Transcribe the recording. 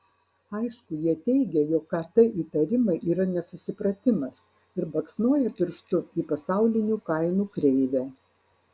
aišku jie teigia jog kt įtarimai yra nesusipratimas ir baksnoja pirštu į pasaulinių kainų kreivę